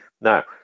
now